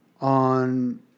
on